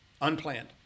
unplanned